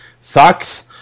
Sucks